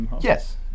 Yes